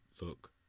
look